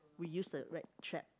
we use the rat trap